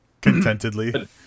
contentedly